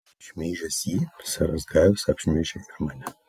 apšmeižęs jį seras gajus apšmeižė ir mane